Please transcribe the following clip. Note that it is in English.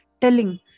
telling